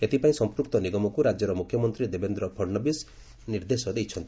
ଏଥିପାଇଁ ସମ୍ପୃକ୍ତ ନିଗମକୁ ରାଜ୍ୟର ମୁଖ୍ୟମନ୍ତ୍ରୀ ଦେବେନ୍ଦ୍ର ଫଡ୍ନବିସ୍ ନିର୍ଦ୍ଦେଶ ଦେଇଛନ୍ତି